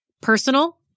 Personal